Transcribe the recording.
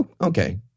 Okay